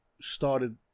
started